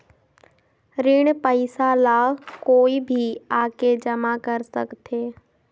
ऋण पईसा ला कोई भी आके जमा कर सकथे?